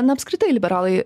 na apskritai liberalai